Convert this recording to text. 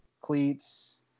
cleats